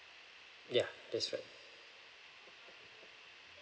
ya that's right